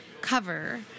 cover